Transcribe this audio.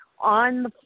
on